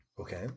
Okay